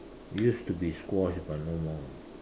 used to be squash but no more